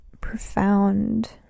Profound